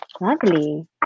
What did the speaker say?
lovely